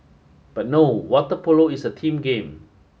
but no water polo is a team game